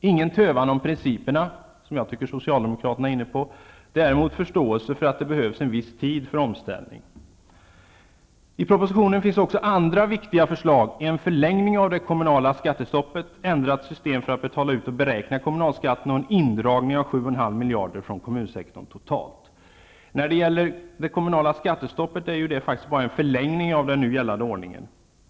Ingen tövan om principerna -- som jag tycker att socialdemokraterna ger uttryck för -- däremot förståelse för att det behövs en viss tid för omställning. I propositionen finns också andra viktiga förslag: en förlängning av det kommunala skattestoppet, ändrat system för att betala ut och beräkna kommunalskatten och en indragning om 7,5 Det kommunala skattestoppet är ju bara en förlängning av den nu gällande ordningen.